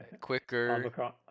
Quicker